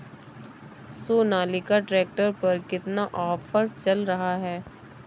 Sonalika tractor पर कितना offer चल रहा है?